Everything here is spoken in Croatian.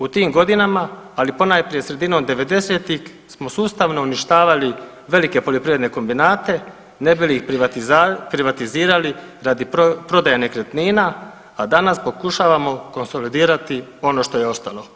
U tim godinama, ali ponajprije sredinom devedesetih smo sustavno uništavali velike poljoprivredne kombinate ne bi li ih privatizirali radi prodaje nekretnina, a danas pokušavamo konsolidirati ono što je ostalo.